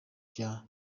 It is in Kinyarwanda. bya